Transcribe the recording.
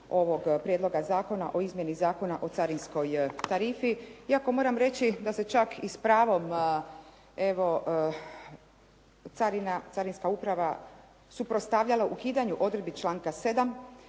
ovog Prijedloga zakona o izmjeni Zakona o carinskoj tarifi iako moram reći da se čak i s pravom evo Carinska uprava suprotstavljala ukidanju odredbi članka 7.